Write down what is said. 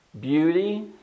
beauty